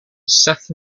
seth